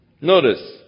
Notice